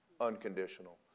unconditional